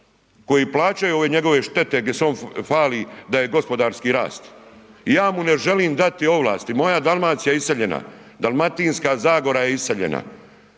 koji plaćaju ove njegove štete gdje se on hvali da je gospodarski rast. I ja mu ne želim dati ovlasti, moja Dalmacija je iseljena, Dalmatinska zagora je iseljena,